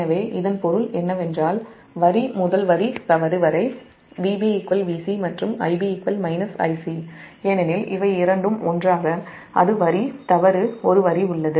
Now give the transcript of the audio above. எனவே இதன் பொருள் என்னவென்றால் வரி முதல் தவறு வரி வரை Vb Vc மற்றும் Ib Ic ஏனெனில் இவை இரண்டும் ஒன்றாக ஒரு தவறு வரி உள்ளது